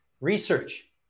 research